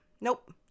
Nope